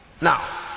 Now